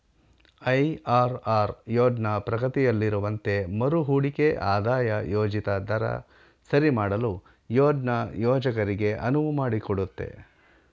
IRR ಯೋಜ್ನ ಪ್ರಗತಿಯಲ್ಲಿರುವಂತೆ ಮರುಹೂಡಿಕೆ ಆದಾಯ ಯೋಜಿತ ದರ ಸರಿಮಾಡಲು ಯೋಜ್ನ ಯೋಜಕರಿಗೆ ಅನುವು ಮಾಡಿಕೊಡುತ್ತೆ